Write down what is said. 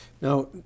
Now